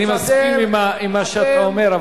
מסכים עם מה שאתה אומר,